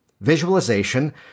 visualization